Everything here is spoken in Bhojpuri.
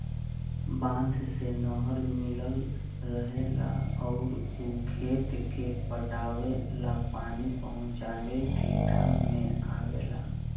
बांध से नहर मिलल रहेला अउर उ खेते के पटावे ला पानी पहुचावे के काम में आवेला